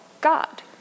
God